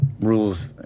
rules